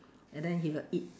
and then he will eat